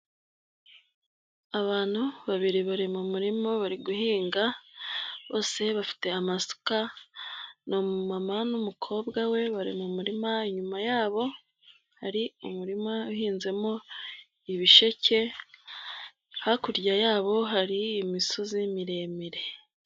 Abantu babiri bari mu murima bari guhinga, bose bafite amasuka, ni umumama n'umukobwa we bari mu murima, inyuma yabo hari umurima uhinzemo ibisheke, hakurya yabo hari imisozi miremire.